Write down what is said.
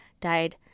died